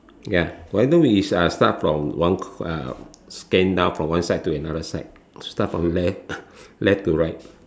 ya why don't we ah start from scan down from one side to the other side start from left left to right